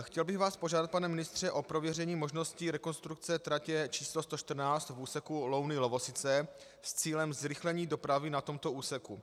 Chtěl bych vás požádat, pane ministře, o prověření možnosti rekonstrukce tratě č. 114 v úseku Louny Lovosice s cílem zrychlení dopravy na tomto úseku.